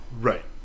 Right